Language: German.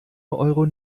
eure